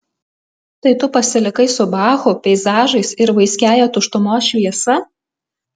tai tu pasilikai su bachu peizažais ir vaiskiąja tuštumos šviesa